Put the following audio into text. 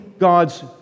God's